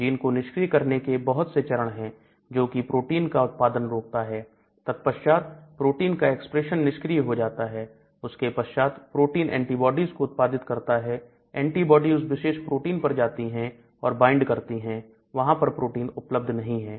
gene को निष्क्रिय करने के बहुत से चरण हैं जोकि प्रोटीन का उत्पादन रोकता है तत्पश्चात प्रोटीन का एक्सप्रेशन निष्क्रिय हो जाता है उसके पश्चात प्रोटीन एंटीबॉडीज को उत्पादित करता है एंटीबॉडी उस विशेष प्रोटीन पर जाती है और वाइंड करती है वहां पर प्रोटीन उपलब्ध नहीं है